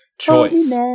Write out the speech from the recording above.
choice